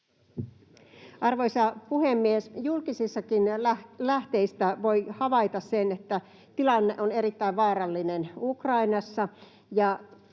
Arvoisa puhemies! Julkisistakin lähteistä voi havaita sen, että tilanne on erittäin vaarallinen Ukrainassa